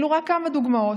אלו רק כמה דוגמאות,